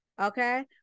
Okay